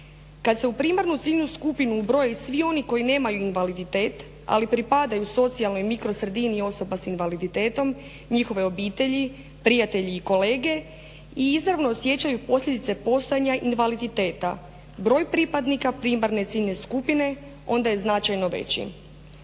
Kad se u primarnu ciljnu skupinu ubroje i svi oni koji nemaju invaliditet, ali pripadaju socijalnoj mikrosredini osoba s invaliditetom, njihove obitelji, prijatelji i kolege i izravno osjećaju posljedice postojanja invaliditeta. Broj pripadnika primarne ciljne skupine onda je značajno veći.